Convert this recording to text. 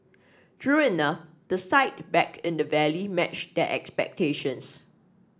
true enough the sight back in the valley matched their expectations